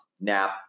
nap